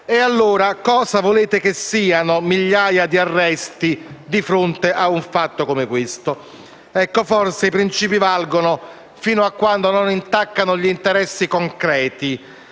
e, allora, cosa volete che siano migliaia di arresti di fronte a un fatto come questo? Forse i princìpi valgono fino a quando non intaccano gli interessi concreti